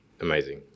Amazing